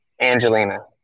Angelina